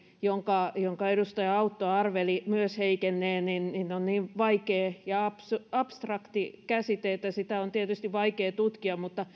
jonka jonka edustaja autto arveli myös heikenneen on niin vaikea ja abstrakti käsite että sitä on tietysti vaikea tutkia mutta